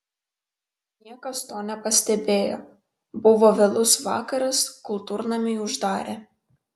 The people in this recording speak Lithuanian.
niekas to nepastebėjo buvo vėlus vakaras kultūrnamį uždarė